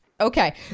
Okay